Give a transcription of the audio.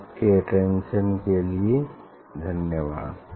आपके अटेंशन के लिए धन्यवाद्